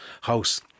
house